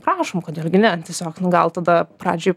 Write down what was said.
prašom kodėl gi ne tiesiog nu gal tada pradžioj